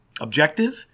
objective